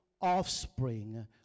offspring